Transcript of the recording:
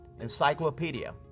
encyclopedia